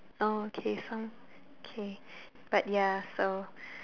oh okay so K but ya so